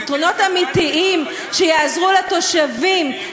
פתרונות אמיתיים שיעזרו לתושבים,